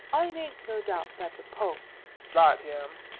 i make no doubt that the pope drat him!